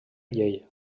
llei